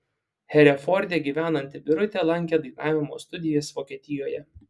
hereforde gyvenanti birutė lankė dainavimo studijas vokietijoje